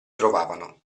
trovavano